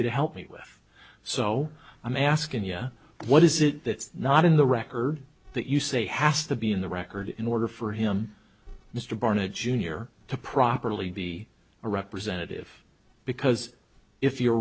you to help me with so i'm asking you what is it that is not in the record that you say has to be in the record in order for him mr barnett jr to properly be a representative because if you're